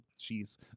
Jeez